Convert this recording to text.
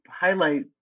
highlight